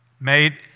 made